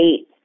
eight